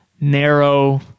narrow